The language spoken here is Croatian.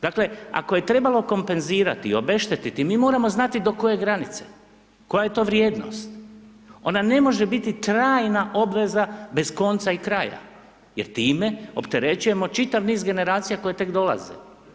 Dakle, ako je trebalo kompenzirati i obeštetiti mi moramo znati do koje granice, koja je to vrijednost, ona ne može biti trajna obveza bez konca i kraja jer time opterećujemo čitav niz generacija koje tek dolaze.